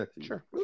Sure